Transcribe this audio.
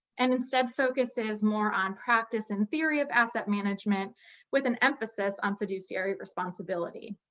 and instead focuses more on practice and theory of asset management with an emphasis on fiduciary responsibility.